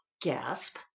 gasp